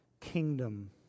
kingdom